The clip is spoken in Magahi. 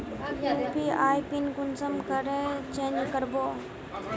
यु.पी.आई पिन कुंसम करे चेंज करबो?